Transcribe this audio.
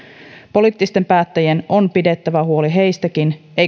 poliittisten päättäjien on pidettävä huoli heistäkin eikä heidän